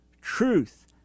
truth